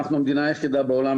אנחנו המדינה היחידה בעולם,